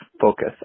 focus